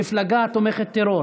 מפלגה תומכת טרור,